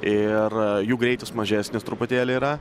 ir jų greitis mažesnis truputėlį yra